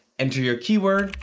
enter your keyword,